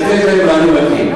לתת להן מענה מתאים.